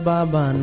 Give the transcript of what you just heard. Baba